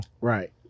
right